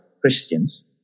Christians